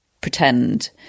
pretend